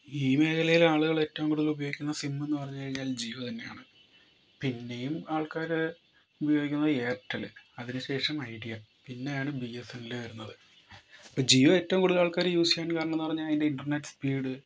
ഈ മേഖലയിൽ ആളുകൾ ഏറ്റവും കൂടുതൽ ഉപയോഗിക്കുന്ന സിം എന്ന് പറഞ്ഞ് കഴിഞ്ഞാൽ ജിയോ തന്നെയാണ് പിന്നെയും ആൾക്കാര് ഉപയോഗിക്കുന്നത് എയർടെല് അതിനുശേഷം ഐഡിയ പിന്നെയാണ് ബി എസ് എൻ എൽ വരുന്നത് ഇപ്പോൾ ജിയോ ഏറ്റവും കൂടുതൽ ആൾക്കാര് യൂസ് ചെയ്യാൻ കാരണമെന്ന് പറഞ്ഞാൽ അതിൻ്റെ ഇൻറ്റർനെറ്റ് സ്പീഡ്